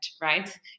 right